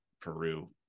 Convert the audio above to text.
Peru